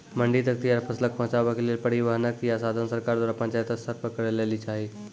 मंडी तक तैयार फसलक पहुँचावे के लेल परिवहनक या साधन सरकार द्वारा पंचायत स्तर पर करै लेली चाही?